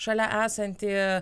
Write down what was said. šalia esantį